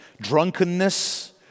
drunkenness